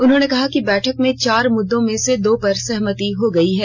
उन्होंने कहा कि बैठक में चार मुद्दों में से दो पर सहमित हो गई है